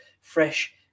fresh